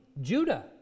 Judah